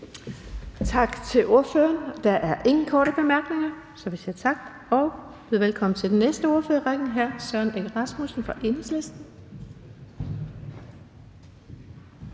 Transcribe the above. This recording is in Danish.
Tak til ordføreren. Der er ingen korte bemærkninger, så vi siger tak. Vi byder velkommen til den næste ordfører i rækken, hr. Søren Egge Rasmussen fra Enhedslisten.